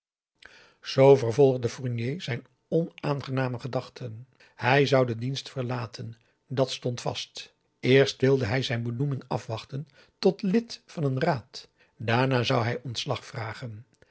zoo vervolgde fournier zijn onaangename gedachten hij zou den dienst verlaten dat stond vast eerst wilde hij zijn benoeming afwachten tot lid van een raad daarna zou hij ontslag vragen